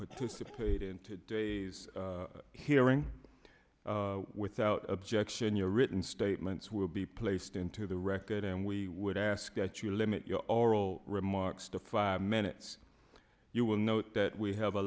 participate in today's hearing without objection your written statements will be placed into the record and we would ask that you limit your oral remarks to five minutes you will note that we have a